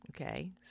Okay